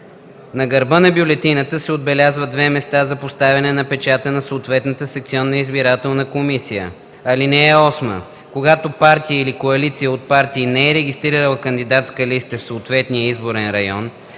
На гърба на бюлетината се отбелязват две места за поставяне на печата на съответната секционна избирателна комисия. (8) Когато партия или коалиция от партии не е регистрирала кандидатска листа в съответния изборен район,